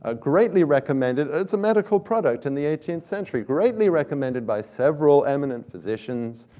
ah greatly recommended. it's a medical product in the eighteenth century, greatly recommended by several eminent physicians,